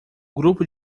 grupo